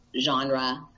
genre